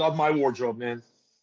um my wardrobe, man.